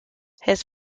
his